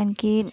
आणखी